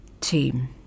Team